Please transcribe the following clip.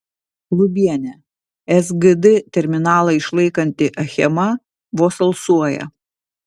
lubienė sgd terminalą išlaikanti achema vos alsuoja